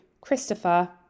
Christopher